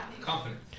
Confident